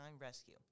Rescue